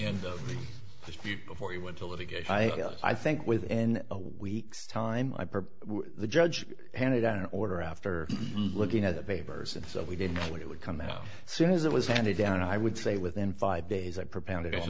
end of his feet before he went to litigate i think within a week's time i per the judge handed down an order after looking at the papers and so we didn't know what it would come out soon as it was handed down i would say within five days i propounded